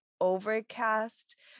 overcast